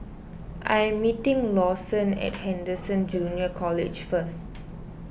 I am meeting Lawson at Anderson Junior College first